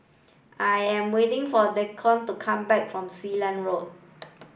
I am waiting for Deacon to come back from Sealand Road